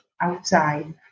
outside